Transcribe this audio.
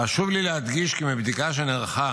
חשוב לי להדגיש כי מבדיקה שנערכה